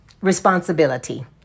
responsibility